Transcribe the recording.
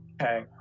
Okay